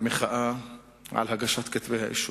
במחאה על הגשת כתבי האישום.